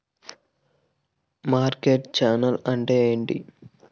Market channel అంటే ఏమిటి?